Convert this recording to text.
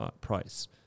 price